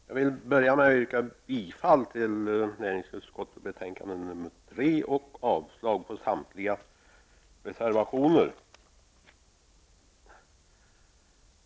Herr talman! Jag vill börja med att yrka bifall till hemställan i näringsutskottets betänkande nr 3 och avslag på samtliga reservationer.